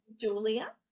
Julia